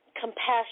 compassion